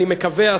אני מקווה,